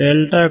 curl ಆಗಿದೆ